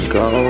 go